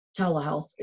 telehealth